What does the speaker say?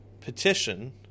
petition